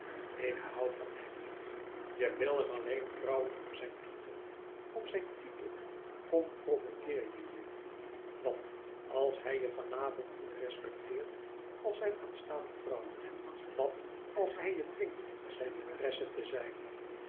ik hoû van hem je wil hem alleen trouwen om zijn titel om zijn titel comprometteer je je wat als hij je van avond niet respecteert als zijn aanstaande vrouw wat als hij je dwingt zijn maîtresse te zijn